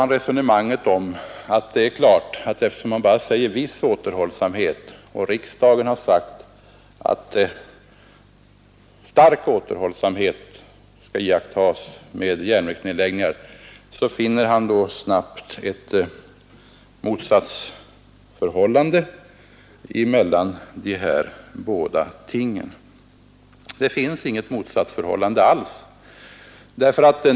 Hans resonemang grundar sig på att man i detta sammanhang har talat om en viss återhållsamhet medan riksdagen har sagt att stark återhållsamhet skall iakttas med järnvägsnedläggningar. Han finner då snabbt att ett motsatsförhållande skulle föreligga mellan dessa båda uttalanden. Det finns inget motsatsförhållande alls.